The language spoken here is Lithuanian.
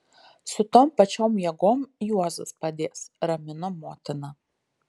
su tom pačiom jėgom juozas padės ramino motina